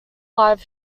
live